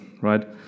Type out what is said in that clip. right